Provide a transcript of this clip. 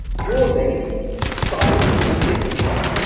your name signed with your signature,